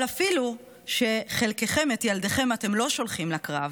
אבל אפילו כשחלקכם, את ילדיכם אתם לא שולחים לקרב,